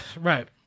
Right